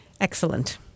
Excellent